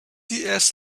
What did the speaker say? lewis